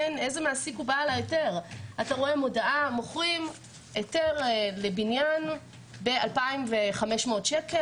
איזה מעסיק הוא בעל ההיתר "מוכרים היתר לבניין ב-2,500 שקל".